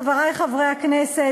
חברי חברי הכנסת,